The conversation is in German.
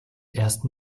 erst